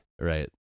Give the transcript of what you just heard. Right